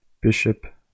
Bishop